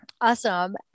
Awesome